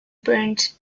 burnt